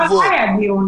בסוף לא היה דיון.